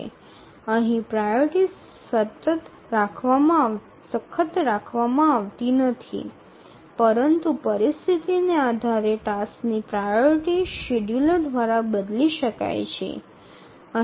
এখানে অগ্রাধিকার স্থির রাখা হয় না তবে পরিস্থিতির উপর নির্ভর করে কোনও কাজের অগ্রাধিকারটি সময়সূচী দ্বারা পরিবর্তিত হতে পারে